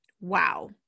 wow